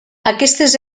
aquestes